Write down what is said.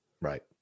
right